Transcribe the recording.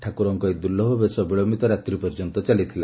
ଠାକୁରଙ୍କ ଏହି ଦୁର୍ଲୁଭ ବେଶ ବିଳଧିତ ରାତି ପର୍ଯ୍ୟନ୍ତ ଚାଲିଥିଲା